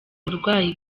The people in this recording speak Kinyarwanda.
uburwayi